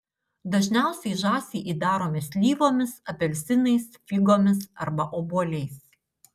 dažniausiai žąsį įdarome slyvomis apelsinais figomis arba obuoliais